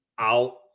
out